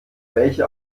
welcher